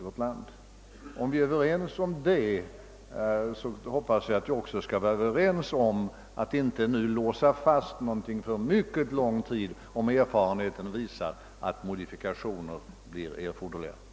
är vi överens om det, hoppas jag att vi också skall vara överens om att inte låsa fast någonting för lång tid, om erfarenheten visar att modifikationer blir erforderliga.